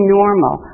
normal